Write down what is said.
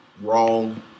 wrong